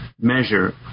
measure